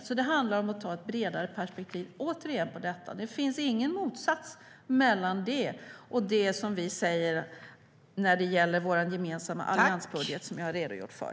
Det handlar alltså om att ha ett bredare perspektiv på detta. Det finns ingen motsats mellan det och det som vi säger när det gäller vår gemensamma alliansbudget, som jag har redogjort för.